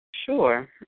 Sure